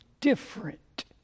different